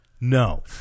No